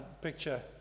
picture